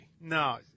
No